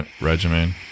regimen